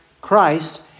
Christ